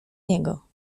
niego